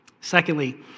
Secondly